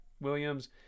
Williams